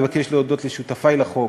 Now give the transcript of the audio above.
מבקש להודות לשותפי לחוק,